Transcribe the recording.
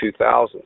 2000s